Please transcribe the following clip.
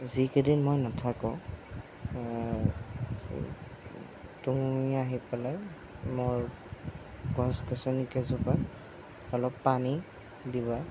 যি কেইদিন মই নাথাকোঁ তুমি আহি পেলাই মোৰ গছ গছনি কেইজোপাত অলপ পানী দিবা